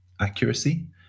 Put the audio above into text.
accuracy